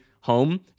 home